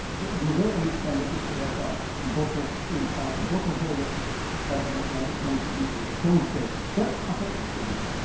but you will understand it if you have got bottles inside the bottle holders that there is going to be a conflict. but i've not tested this.